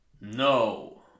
No